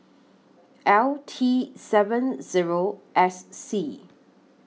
L T seven Zero S C